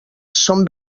són